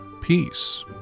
peace